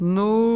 no